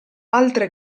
altre